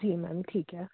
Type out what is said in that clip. जी ma'am ठीक है